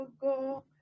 go